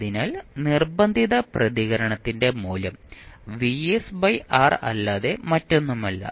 അതിനാൽ നിർബന്ധിത പ്രതികരണത്തിന്റെ മൂല്യം അല്ലാതെ മറ്റൊന്നുമല്ല